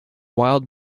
wild